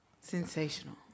Sensational